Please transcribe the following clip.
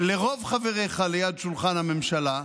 לרוב חבריך ליד שולחן הממשלה,